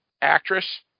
actress